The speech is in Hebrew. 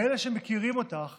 ואלה שמכירים אותך